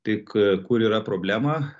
tik kur yra problema